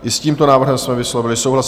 I s tímto návrhem jsme vyslovili souhlas.